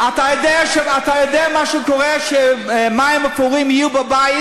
אתה יודע מה קורה כשמים אפורים יהיו בבית.